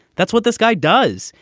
that's what this guy does.